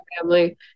family